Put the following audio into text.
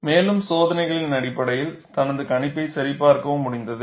மேலும் சோதனைகளின் அடிப்படையில் தனது கணிப்பை சரிபார்க்கவும் முடிந்தது